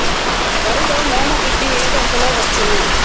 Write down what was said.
వరిలో మోము పిప్పి ఏ దశలో వచ్చును?